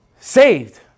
saved